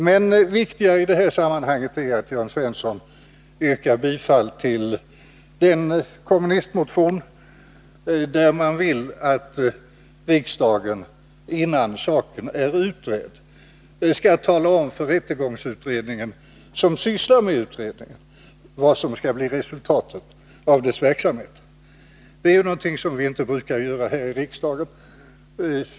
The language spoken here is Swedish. Det viktiga i detta sammanhang är att Jörn Svensson yrkar bifall till den kommunistmotion där man vill att riksdagen, innan saken är utredd, skall tala om för rättegångsutredningen, som gör denna undersökning, vad som skall bli resultatet av dess verksamhet. Det är ju någonting som vi inte brukar göra här i riksdagen.